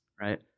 right